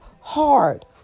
hard